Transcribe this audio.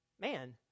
man